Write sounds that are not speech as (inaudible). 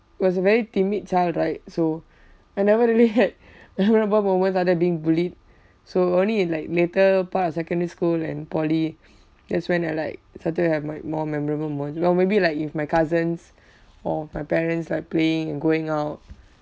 was a very timid child right so I never really had (laughs) memorable moments other than being bullied so only in like later part of secondary school and poly (noise) that's when I like started to have like more memorable moments or maybe like if my cousins or my parents are playing and going out